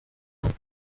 hantu